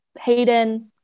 Hayden